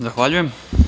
Zahvaljujem.